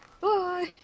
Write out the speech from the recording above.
Bye